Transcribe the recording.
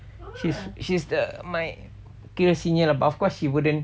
oh she's she's the my kira senior lah but of course she wouldn't